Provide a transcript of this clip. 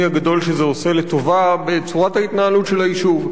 הגדול לטובה שזה עושה בצורת ההתנהלות של היישוב.